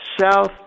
South